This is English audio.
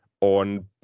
on